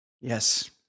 Yes